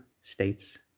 states